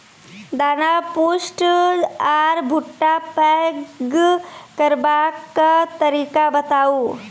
दाना पुष्ट आर भूट्टा पैग करबाक तरीका बताऊ?